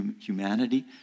humanity